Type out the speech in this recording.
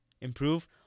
improve